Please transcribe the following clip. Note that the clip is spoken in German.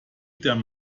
dann